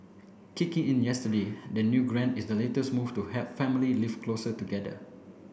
kicking in yesterday the new grant is the latest move to help family live closer together